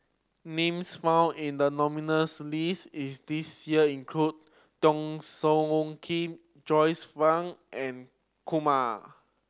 names found in the nominees' list is this year include Teo Soon Kim Joyce Fan and Kumar